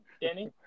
Danny